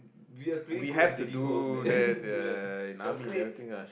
we are pretty good at digging holes man ya shell scrape